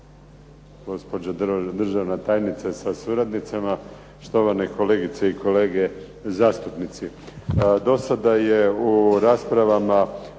Hvala